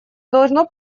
должно